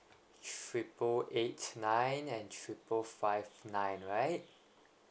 triple eight nine and triple five nine right